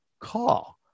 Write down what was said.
call